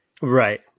Right